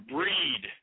Breed